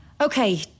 Okay